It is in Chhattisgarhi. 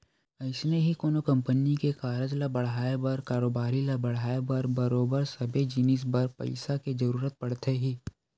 अइसने ही कोनो कंपनी के कारज ल बड़हाय बर कारोबारी ल बड़हाय बर बरोबर सबे जिनिस बर पइसा के जरुरत पड़थे ही